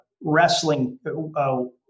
wrestling